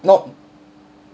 not